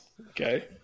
Okay